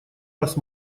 вас